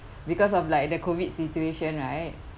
because of like the COVID situation right